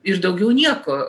iš daugiau nieko